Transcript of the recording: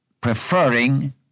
preferring